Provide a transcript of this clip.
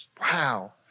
Wow